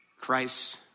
Christ